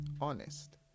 honest